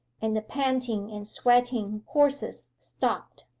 and the panting and sweating horses stopped.